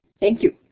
thank you,